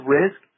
risk